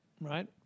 right